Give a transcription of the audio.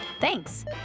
Thanks